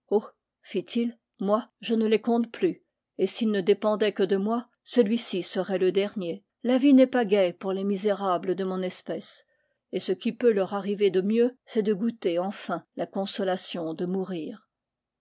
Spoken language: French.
fit-il moi je ne les compte plus et s'il ne dépendait que de moi celui-ci serait le dernier la vie n'est pas gaie pour les misérables de mon espèce et ce qui peut leur arri ver de mieux c'est de goûter enfin la consolation de mourir